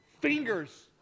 fingers